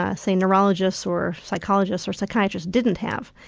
ah say, neurologists or psychologists or psychiatrists didn't have.